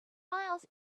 miles